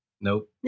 Nope